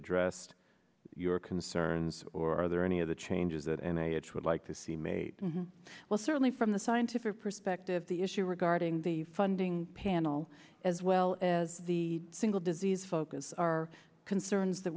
addressed your concerns or are there any other changes and i would like to see made well certainly from the scientific perspective the issue regarding the funding panel as well as the single disease focus our concerns that